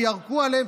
וירקו עליהן,